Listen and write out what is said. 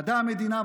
מדע המדינה,